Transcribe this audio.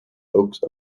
oaks